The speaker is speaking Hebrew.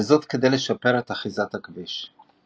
וזאת כדי לשפר את אחיזת הכביש.